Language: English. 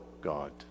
God